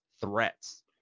threats